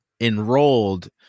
enrolled